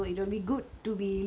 mm mm